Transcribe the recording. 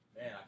Man